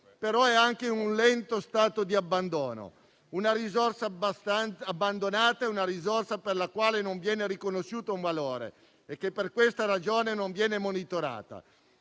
ma anche in un lento stato di abbandono. Una risorsa abbandonata è una risorsa per la quale non viene riconosciuto un valore e che per questa ragione non viene monitorata.